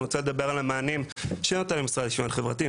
אני רוצה לתת על המענים שנותן המשרד לשוויון חברתי,